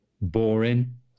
boring